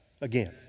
again